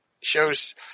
shows